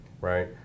right